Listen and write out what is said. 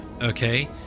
Okay